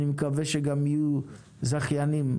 ואני מקווה שיהיו זכיינים,